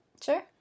Sure